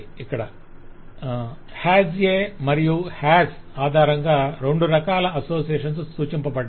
'HAS A' మరియు 'HAS' ఆధారంగా రెండు రకాల అసోసియేషన్స్ సూచించబడ్డాయి